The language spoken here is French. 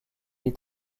est